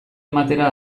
ematera